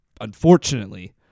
unfortunately